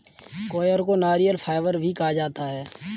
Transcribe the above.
coir को नारियल fibre भी कहा जाता है